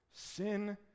sin